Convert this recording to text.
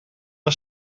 een